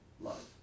love